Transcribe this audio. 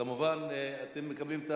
כמובן, אתם מקבלים את